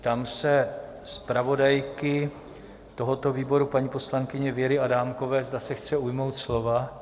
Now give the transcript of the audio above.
Ptám se zpravodajky tohoto výboru, paní poslankyně Věry Adámkové, zda se chce ujmout slova.